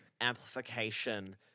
amplification